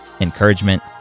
encouragement